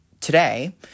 today